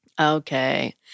Okay